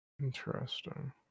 Interesting